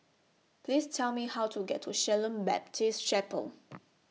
Please Tell Me How to get to Shalom Baptist Chapel